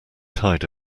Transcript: tide